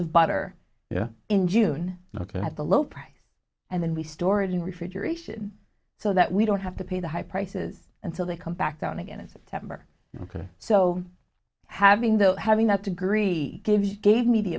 of butter yeah in june ok at the low price and then we storage in refrigeration so that we don't have to pay the high prices and so they come back down again as a temper so having the having that degree give you gave me the